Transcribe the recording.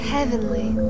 Heavenly